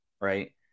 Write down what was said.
Right